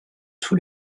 tout